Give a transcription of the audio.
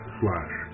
slash